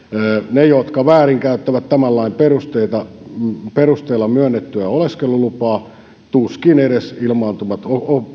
ne jotka väärinkäyttävät tämän lain perusteella myönnettyä oleskelulupaa tuskin edes ilmaantuvat